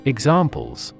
Examples